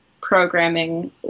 programming